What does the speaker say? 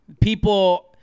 people